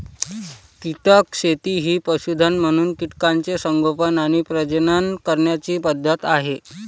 कीटक शेती ही पशुधन म्हणून कीटकांचे संगोपन आणि प्रजनन करण्याची पद्धत आहे